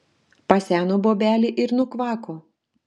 paseno bobelė ir nukvako